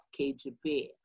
KGB